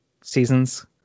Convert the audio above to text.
seasons